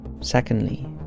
Secondly